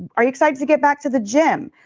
are you excited to get back to the gym?